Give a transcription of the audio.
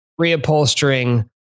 reupholstering